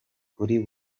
kuri